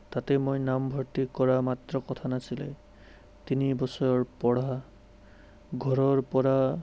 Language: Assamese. তাতে মই নামভৰ্তি কৰা মাত্ৰ কথা নাছিল তিনি বছৰৰ পৰা ঘৰৰ পৰা